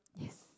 yes